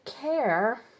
care